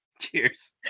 cheers